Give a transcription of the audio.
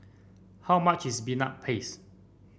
how much is Peanut Paste